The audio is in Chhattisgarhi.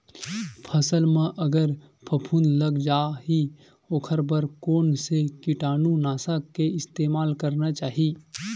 फसल म अगर फफूंद लग जा ही ओखर बर कोन से कीटानु नाशक के इस्तेमाल करना चाहि?